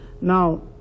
Now